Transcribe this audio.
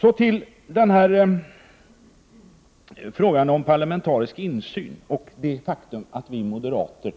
Så till frågan om parlamentarisk insyn och det faktum att vi moderater